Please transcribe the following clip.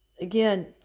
again